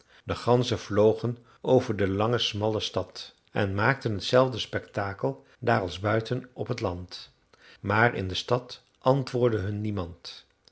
de ganzen vlogen over de lange smalle stad en maakten t zelfde spektakel daar als buiten op t land maar in de stad antwoordde hun niemand